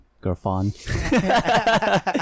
girlfriend